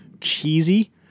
cheesy